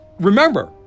remember